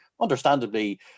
understandably